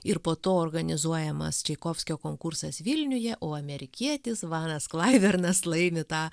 ir po to organizuojamas čaikovskio konkursas vilniuje o amerikietis vanas klaivernas laimi tą